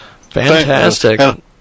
Fantastic